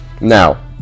Now